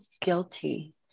guilty